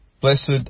Blessed